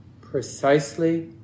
precisely